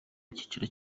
icyiciro